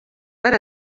per